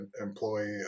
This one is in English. employee